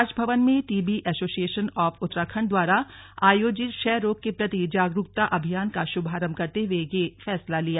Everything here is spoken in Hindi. राजभवन में टीबी एसोसिएशन ऑफ उत्तराखण्ड द्वारा आयोजित क्षयरोग के प्रति जागरूकता अभियान का शुभारम्भ करते हुए यह फैसला लिया